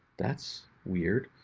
that's weird.